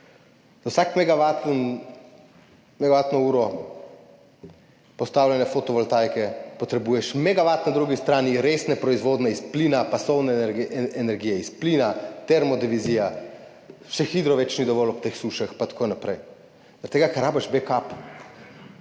za vsako megavatno uro postavljene fotovoltaike potrebuješ na drugi strani megavat resne proizvodnje iz plina, pasovne energije iz plina, termodivizije, še hidro več ni dovolj ob teh sušah in tako naprej, zaradi tega, ker potrebuješ back up